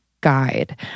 guide